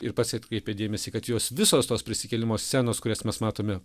ir pats atkreipė dėmesį kad jos visos tos prisikėlimo scenos kurias mes matome